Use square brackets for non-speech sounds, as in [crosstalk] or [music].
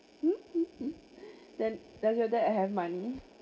[laughs] then does your dad have money